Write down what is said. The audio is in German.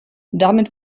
damit